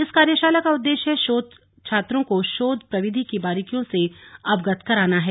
इस कार्यशाला का उद्देश्य शोध छात्रों को शोध प्रविधि की बारीकियों से अवगत कराना है